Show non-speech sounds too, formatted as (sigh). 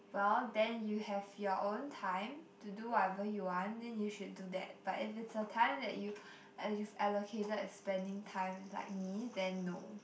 well then you have your own time to do whatever you want then you should do that but if it's a time that you (breath) you've allocated spending time with like me then no